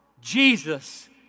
Jesus